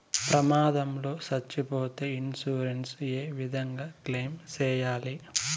ప్రమాదం లో సచ్చిపోతే ఇన్సూరెన్సు ఏ విధంగా క్లెయిమ్ సేయాలి?